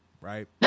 right